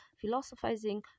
philosophizing